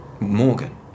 Morgan